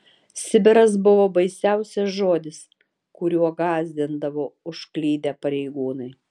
sibiras buvo baisiausias žodis kuriuo gąsdindavo užklydę pareigūnai